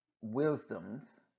wisdom's